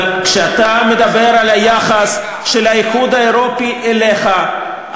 אבל כשאתה מדבר על היחס של האיחוד האירופי אליך,